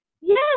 yes